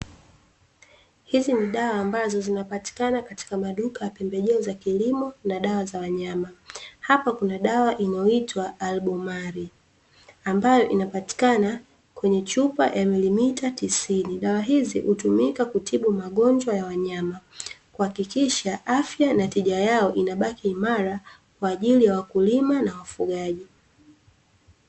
Hizi ni dawa ambazo zinapatikana katika maduka ya pembejeo za kilimo na dawa za wanyama, Hapa kuna dawa inayoitwa 'ALBOMAR' ambayo inapatikana kwenye chupa ya milimita tisini, Dawa hizi hutumika kutibu magonjwa ya wanyama kuhakikisha afya na tija yao inabaki imara kwaajili ya wakulima na wafugaji.